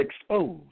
exposed